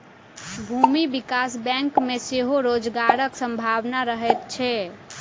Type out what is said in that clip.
भूमि विकास बैंक मे सेहो रोजगारक संभावना रहैत छै